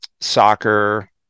soccer